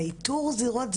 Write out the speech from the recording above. של איתור זירות הזנות,